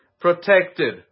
protected